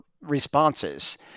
responses